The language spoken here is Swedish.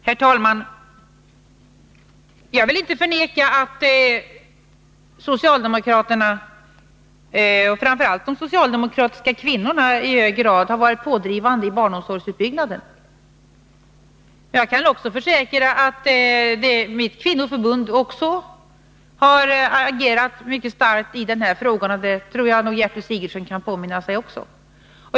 Herr talman! Jag vill inte förneka att socialdemokraterna och framför allt de socialdemokratiska kvinnorna i hög grad har varit pådrivande när det gäller barnomsorgsutbyggnaden. Jag kan också försäkra att mitt kvinnoför bund har agerat mycket starkt i denna fråga — jag tror nog att Gertrud Sigurdsen också kan påminna sig detta.